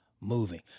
moving